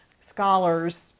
scholars